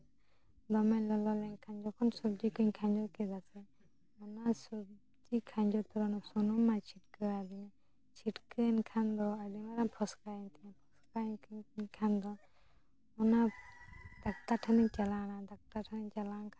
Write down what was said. ᱫᱚᱢᱮ ᱞᱚᱞᱚ ᱞᱮᱱᱠᱷᱟᱱ ᱫᱚ ᱡᱚᱠᱷᱚᱱ ᱥᱚᱵᱡᱤ ᱠᱩᱧ ᱠᱷᱟᱸᱡᱚ ᱠᱮᱫᱟ ᱥᱮ ᱚᱱᱟ ᱥᱚᱵᱡᱤ ᱠᱷᱟᱸᱡᱚ ᱛᱚᱨᱟ ᱚᱱᱟ ᱥᱩᱱᱩᱢ ᱢᱟ ᱪᱷᱤᱴᱠᱟᱹ ᱟᱫᱤᱧᱟ ᱪᱷᱤᱴᱠᱟᱹᱭᱮᱱ ᱠᱷᱟᱱ ᱫᱚ ᱟᱹᱰᱤ ᱢᱟᱨᱟᱝ ᱯᱷᱚᱥᱠᱟᱭᱮᱱ ᱛᱤᱧᱟᱹ ᱯᱷᱚᱥᱠᱟᱭᱮᱱ ᱛᱤᱧ ᱠᱷᱟᱱ ᱫᱚ ᱚᱱᱟ ᱰᱟᱠᱛᱟᱨ ᱴᱷᱮᱱᱤᱧ ᱪᱟᱞᱟᱣᱮᱱᱟ ᱰᱟᱠᱛᱟᱨ ᱴᱷᱮᱱᱤᱧ ᱪᱟᱞᱟᱣᱮᱱ ᱠᱷᱟᱱ